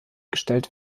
gestellt